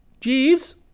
Jeeves